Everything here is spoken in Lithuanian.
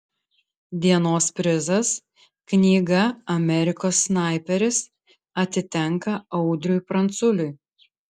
dienos prizas knyga amerikos snaiperis atitenka audriui pranculiui